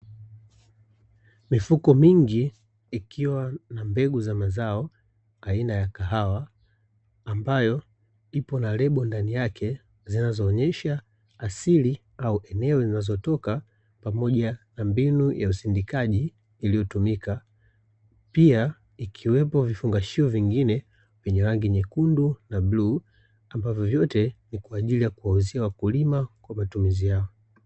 Mifuko mingi ikiwa na mbegu za mazao aina ya kahawa ambayo ipo na lebo ndani yake, zinazoonyesha asili au eneo zinazotoka, pamoja na mbinu ya usindikaji iliyotumika . Pia ikiwepo vifungashio vingine vyenye rangi ya nyekundu na bluu ambavyo vyote ni kwaajili ya kuwauzia wakulima kwa matumizi yao.